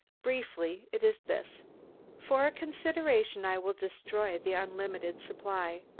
briefly it is this for a consideration i will destroy the unlimited supply.